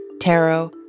tarot